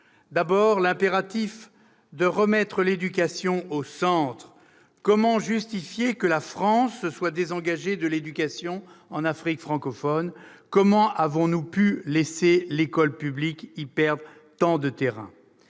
D'abord, il est impératif de remettre l'éducation au centre. Comment justifier que la France se soit désengagée de l'éducation en Afrique francophone ? Comment avons-nous pu laisser l'école publique y perdre tant de terrain ?